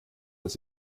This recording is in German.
dass